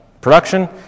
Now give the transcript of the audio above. production